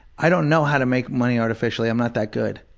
i don't know how to make money artificially i'm not that good.